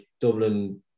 Dublin